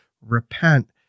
repent